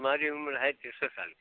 हमारी उम्र है तिरसठ साल की